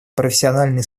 профессиональный